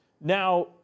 Now